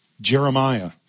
Jeremiah